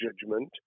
judgment